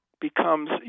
becomes